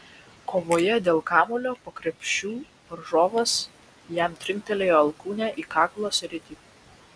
kovoje dėl kamuolio po krepšiu varžovas jam trinktelėjo alkūne į kaklo sritį